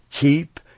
keep